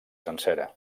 sencera